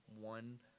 one